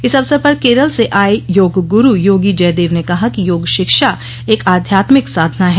इस अवसर पर केरल से आए योग गुरु योगी जयदेव ने कहा कि योग शिक्षा एक आध्यात्मिक साधना है